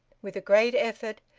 with a great effort,